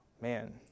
Man